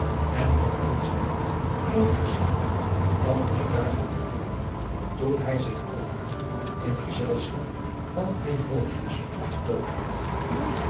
en had onzen held nooit gezien dan drie dagen te voren toen hij zich aldaar in gezelschap van groenhovius vertoond had